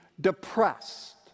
depressed